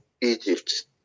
Egypt